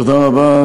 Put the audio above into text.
תודה רבה.